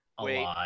Wait